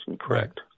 Correct